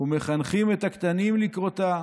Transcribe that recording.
ומחנכים את הקטנים לקרותה.